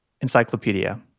Encyclopedia